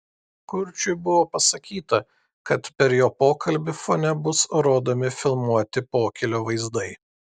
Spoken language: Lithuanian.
kurčiui buvo pasakyta kad per jo pokalbį fone bus rodomi filmuoti pokylio vaizdai